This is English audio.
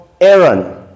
Aaron